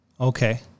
Okay